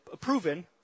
proven